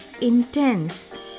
intense